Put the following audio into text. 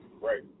right